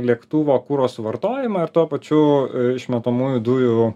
lėktuvo kuro suvartojimą ir tuo pačiu išmetamųjų dujų